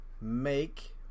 make